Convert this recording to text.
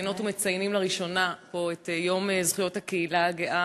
מציינות ומציינים לראשונה את יום זכויות הקהילה הגאה,